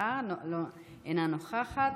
אינה נוכחת.